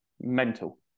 mental